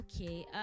okay